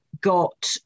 got